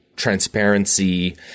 transparency